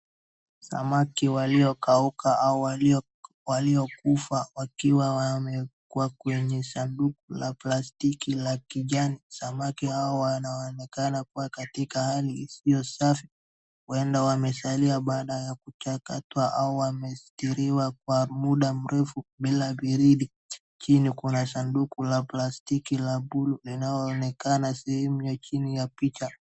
Samaki waliokauka au walio walio kufa wakiwa wamekuwa kwenye sanduku la plastiki la kijani. Samaki hao wanaonekana kuwa katika hali isiyo safi. Huenda wamesalia baada ya kuchakatwa au wamestiriwa kwa muda mrefu bila baridi. Chini kuna sanduku la plastiki la blue linaloonekana sehemu ya chini ya picha.